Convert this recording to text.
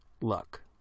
Luck